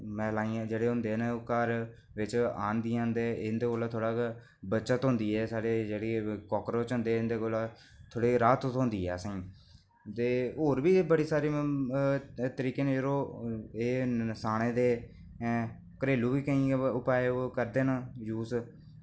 महिलाएं जेह्ड़े होंदे न ओह् घर बिच आह्नदियां न ते इंदे कोला बचत होंदी ऐ साढ़े जेह्ड़े काक्रोच होंदे न इंदे कोला थोह्ड़ी राहत थ्होंदी ऐ असें ई ते होर बी बड़ी सारी तरीकै न यरो एह् नसाने दे घरेलू बी केईं उपाय करदे न यूज़